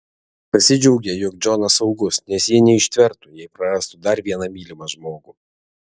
pasidžiaugė jog džonas saugus nes ji neištvertų jei prarastų dar vieną mylimą žmogų